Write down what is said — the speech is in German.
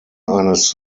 eines